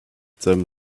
them